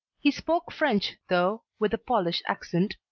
he spoke french though with a polish accent,